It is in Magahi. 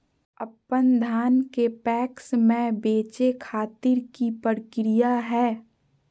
अपन धान के पैक्स मैं बेचे खातिर की प्रक्रिया हय?